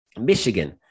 Michigan